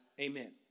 Amen